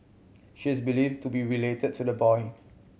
she is believed to be related to the boy